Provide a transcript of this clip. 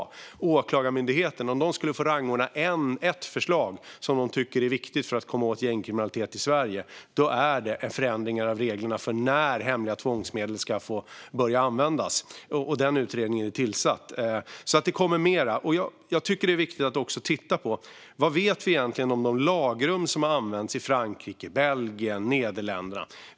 Om Åklagarmyndigheten får rangordna förslag och välja ett som de tycker är viktigt för att komma åt gängkriminaliteten i Sverige, då blir det en ändring av reglerna för när hemliga tvångsmedel ska få börja användas. Den utredningen är tillsatt, så det kommer mer. Jag tycker att det är viktigt att också titta på vad vi egentligen vet om de lagrum som har använts i Frankrike, Belgien och Nederländerna.